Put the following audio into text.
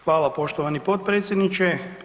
Hvala, poštovani potpredsjedniče.